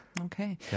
Okay